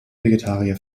vegetarier